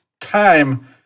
time